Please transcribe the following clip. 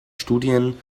studien